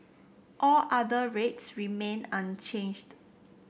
all other rates remain unchanged